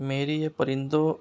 میری یہ پرندوں